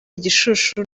gishushu